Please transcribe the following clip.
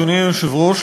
אדוני היושב-ראש,